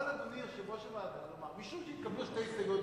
יכול אדוני יושב-ראש הוועדה לומר: משום שהתקבלו שתי הסתייגויות,